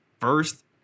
first